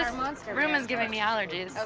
um um room is giving me allergies. ah